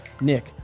Nick